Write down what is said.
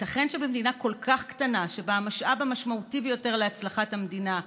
הייתכן שבמדינה כל כך קטנה המשאב המשמעותי ביותר להצלחת המדינה,